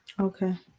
Okay